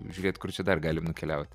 žiūrėt kur čia dar galim nukeliaut